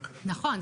נכון,